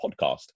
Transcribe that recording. Podcast